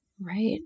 Right